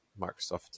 Microsoft